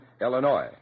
Illinois